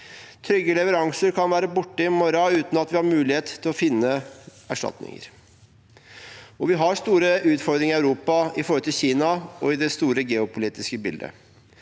Trygge leveranser kan være borte i morgen uten at vi har mulighet til å finne erstatninger. Vi har store utfordringer i Europa, i forholdet til Kina og i det store geopolitiske bildet.